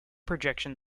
projection